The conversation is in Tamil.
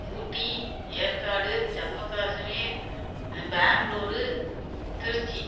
ஊட்டி ஏற்காடு ஜம்மு காஷ்மீர் பெங்க்ளூரு திருச்சி